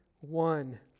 one